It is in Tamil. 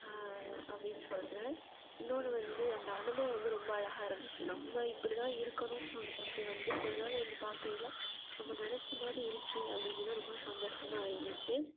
அப்படின்னு சொல்றேன் இன்னோன்று வந்து அந்த அனுபவம் வந்து ரொம்ப அழகாக இருந்துச்சு நம்ம இப்படி தான் இருக்கணும்னு சொன்னது வந்து கொஞ்சம்நாள் வந்து பார்க்கையில நம்ம நெனைச்ச மாதிரி இருக்கே அப்படிங்கையில ரொம்ப சந்தோஷமா இருந்துச்சு